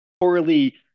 poorly